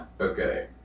Okay